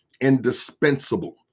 indispensable